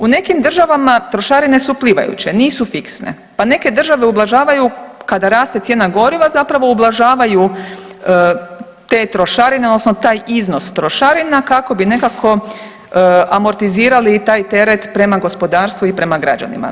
U nekim državama trošarine su plivajuće, nisu fiksne, pa neke države ublažavaju, kada raste cijena goriva zapravo ublažavaju te trošarine odnosno taj iznos trošarina kako bi nekako amortizirali i taj teret prema gospodarstvu i prema građanima.